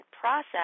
process